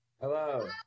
hello